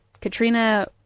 Katrina